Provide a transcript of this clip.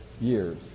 years